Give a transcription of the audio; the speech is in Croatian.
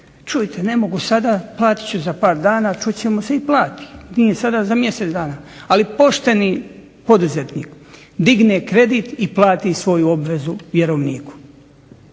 Čujte ne mogu sada, platiti ću za par dana i plati nije sada za mjesec dana. Ali pošteni poduzetnik digne kredit i plati svoju obvezu vjerovniku,